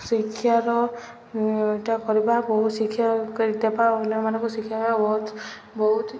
ଶିକ୍ଷାର ଇଟା କରିବାକୁ ଶିକ୍ଷା କରି ଦେବା ଅନ୍ୟମାନଙ୍କୁ ଶିକ୍ଷା ବହୁତ ବହୁତ